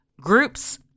groups